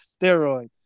steroids